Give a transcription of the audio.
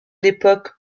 l’époque